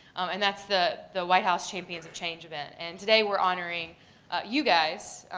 and that's the the white house champions of change event. and today we're honoring you guys